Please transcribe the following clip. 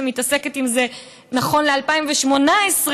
שמתעסקת עם זה נכון ל-2018,